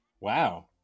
wow